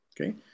Okay